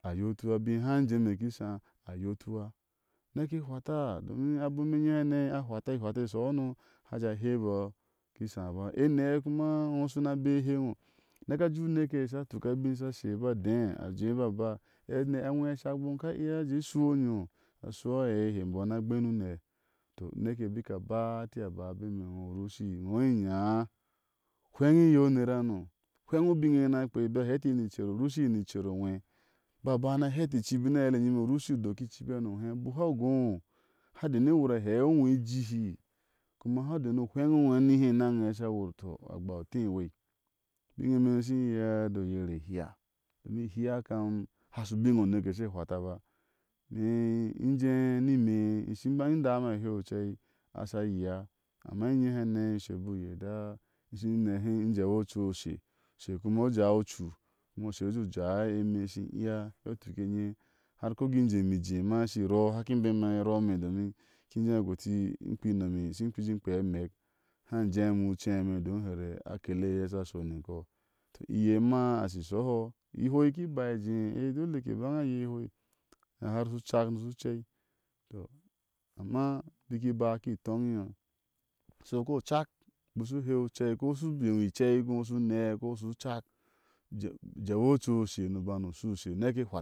Aytiwa i bik haye e jeme ki shaa a yotuwa unɛke ihuwata, domin abom enye hane a hwati ihuwata ishɔhino haa jéé hɛbɔɔ ki sháába ene kuma iŋo shi na bea e hee o ino neke a jéé u neke asha tuk abin shahe aba déaje ba ba ɛnɛ anwɛ ha cak bom ka iya a je a shui onyo a shui aei hai mibɔiɔo ni a gbeni unne tɔ uneke a bik a ba a hɛti iye a ba abeme ino u rushi iye ino inya hweŋ iye nner hsano hwen ubine iye sha nia akpea aba hgeti in ni i icer u rushi uni icer o nwe a ba ba ana a heti icibi ni a a eile inyime u rushi audoki icibi hano he u biku hua go ino a ha dena a uwu a hewi ino ijii kuma hanu udeni u hweŋ e ino a nili ene iye a sha wur tɔ agba u tei iwei ubine ime yom ishi yea deo yeri ihea domin ihea kam ihashɔubino neke shejataba ime inje ni ime iban in dáá me a henu ocei asha yea amma enye hane ushe ye ada, in je`nehe in shin jewi oouiushe, ushe kuma u jawi o ocu kuma ushe u jew jaai eima ishi iya iyɔ tuk enye, har kɔ kin jemei yéma ishirɔɔ ihakin mbema e rɔɔ me domin i kin jé guti in kpeai inomi ishi ki shin kpea amek in haŋjéé me u céme don harir akele iye asha sho-nik. tɔ iye ma oshi shɔuhɔ ihou iki bai jé e dole ke baŋa ayea ihoi, nahar shu cak nishur cɛi tɔ ama i biki ba, iki tóŋitɔ so ko cak bik shu heau u céi ko ushu jéwi uɛi ino u shu unɛ ko su shu cak u jééwi o ocu ushe ni bani u shui ushe nɛke fa.